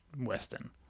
Western